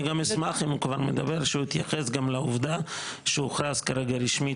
אני גם אשמח אם הוא כבר מדבר שהוא יתייחס גם לעובדה שהוכרז כרגע רשמית